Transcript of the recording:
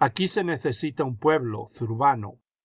aquí se necesita un pueblo zurbano